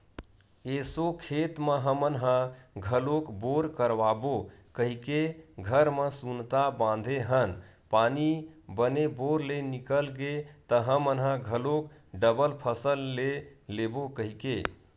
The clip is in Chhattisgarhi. एसो खेत म हमन ह घलोक बोर करवाबो कहिके घर म सुनता बांधे हन पानी बने बोर ले निकल गे त हमन ह घलोक डबल फसल ले लेबो कहिके